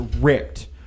ripped